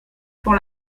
pour